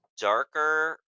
darker